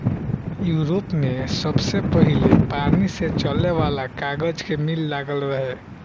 Europe में सबसे पहिले पानी से चले वाला कागज के मिल लागल रहे